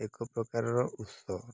ଏକ ପ୍ରକାରର ଔଷଧ ଅଟେ